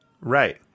right